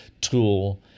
tool